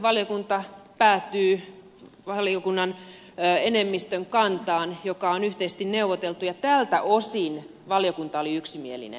valiokunta päätyy valiokunnan enemmistön kantaan joka on yhteisesti neuvoteltu ja tältä osin valiokunta oli yksimielinen